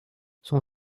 son